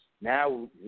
Now